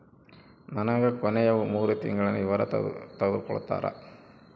ನನಗ ಕೊನೆಯ ಮೂರು ತಿಂಗಳಿನ ವಿವರ ತಕ್ಕೊಡ್ತೇರಾ?